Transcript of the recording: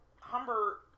Humber